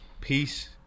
peace